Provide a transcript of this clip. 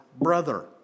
brother